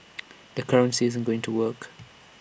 the currency isn't going to work